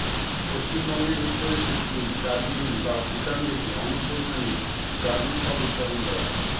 পশ্চিমবঙ্গের উত্তরে সিকিম, দার্জিলিং বা ভুটান দেশে অনেক পরিমাণে ড্রাগন ফল উৎপাদন করা হয়